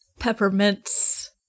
peppermints